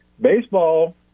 baseball